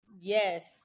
Yes